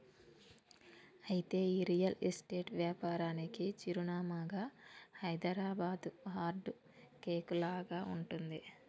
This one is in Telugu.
అయితే ఈ రియల్ ఎస్టేట్ వ్యాపారానికి చిరునామాగా హైదరాబాదు హార్ట్ కేక్ లాగా ఉంటుంది